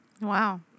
Wow